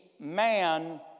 man